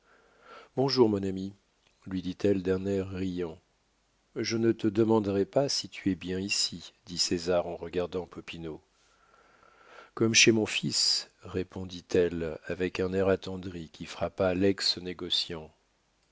bonjour mon ami lui dit-elle d'un air riant je ne te demanderai pas si tu es bien ici dit césar en regardant popinot comme chez mon fils répondit-elle avec un air attendri qui frappa lex négociant